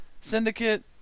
Syndicate